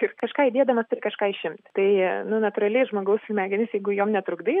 ir kažką įdėdamas turi kažką išimt tai nu natūraliai žmogaus smegenys jeigu jom netrukdai